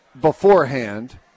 beforehand